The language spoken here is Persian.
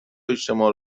اجتماع